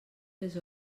les